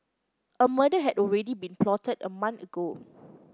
a murder had already been plotted a month ago